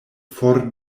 for